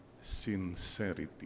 sincerity